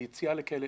ביציאה לכלא,